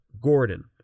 Gordon